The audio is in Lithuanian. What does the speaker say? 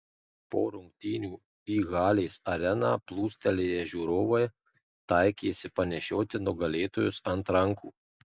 po rungtynių į halės areną plūstelėję žiūrovai taikėsi panešioti nugalėtojus ant rankų